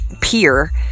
peer